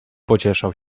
pocieszał